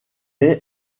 est